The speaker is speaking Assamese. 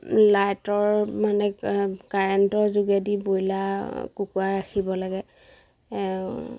লাইটৰ মানে কাৰেণ্টৰ যোগেদি ব্ৰইলাৰ কুকুৰা ৰাখিব লাগে